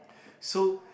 so